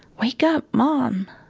wake up, mom.